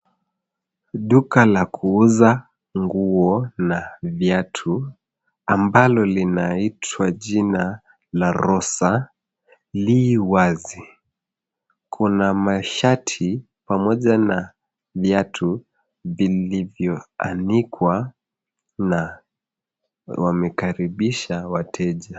Duka la kuuza nguo na viatu ambalo linaitwa jina La Rosa lii wazi, kuna mashati pamoja na viatu vilivyo anikwa na wamekaribisha wateja.